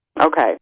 okay